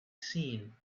seen